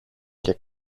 και